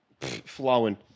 flowing